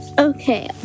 Okay